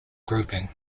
grouping